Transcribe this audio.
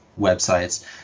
websites